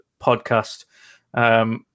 podcast